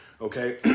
okay